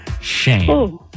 Shame